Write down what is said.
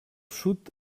sud